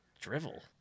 drivel